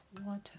water